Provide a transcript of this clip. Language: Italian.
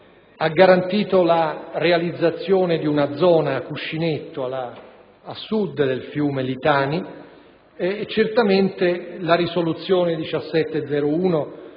ha garantito la realizzazione di una zona cuscinetto a Sud del fiume Litani. La risoluzione n. 1701